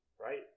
right